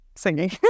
singing